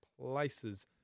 places